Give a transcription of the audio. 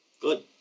Good